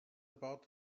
about